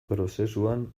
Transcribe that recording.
prozesuan